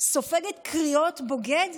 סופגת קריאות "בוגד".